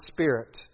Spirit